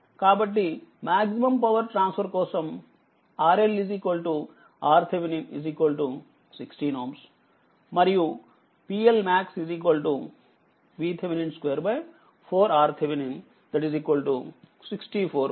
కాబట్టి maximum power transfer కోసంRLRThevenin 16Ω మరియుPLmax VThevenin2 4 RThevenin 64వాట్